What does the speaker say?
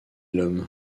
l’homme